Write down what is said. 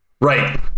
Right